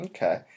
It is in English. Okay